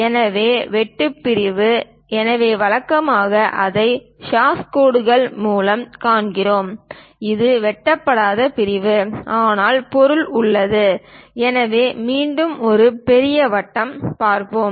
எனவே வெட்டுப் பிரிவு எனவே வழக்கமாக அதை ஹாஷ் கோடு மூலம் காண்பிப்போம் இது வெட்டப்படாத பிரிவு ஆனால் பொருள் உள்ளது எனவே மீண்டும் ஒரு பெரிய வட்டம் பார்ப்போம்